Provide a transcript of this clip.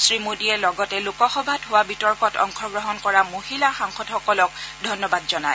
শ্ৰীমোডীয়ে লগতে লোকসভাত হোৱা বিতৰ্কত অংশগ্ৰহণ কৰা মহিলা সাংসদসকলক ধন্যবাদ জনায়